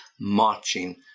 marching